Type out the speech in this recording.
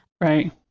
right